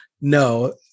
no